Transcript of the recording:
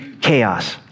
chaos